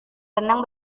renang